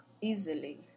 easily